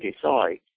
decide